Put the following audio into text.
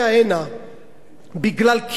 בגלל כשל שוק בסיסי.